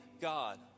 God